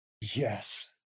Yes